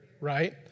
right